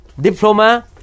Diploma